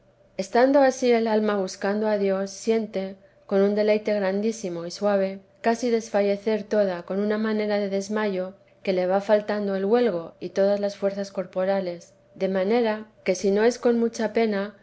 estando ansí el alma buscando a dios siente con un deleite grandísimo y suave casi desfallecer toda con una manera de desmayo que le va faltando el huelgo y todas las fuerzas corporales de manera que si no es con